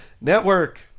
network